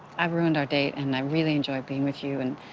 i've ruined our date and i really enjoy being with you, and